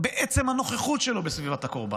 בעצם הנוכחות שלו בסביבת הקורבן,